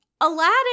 Aladdin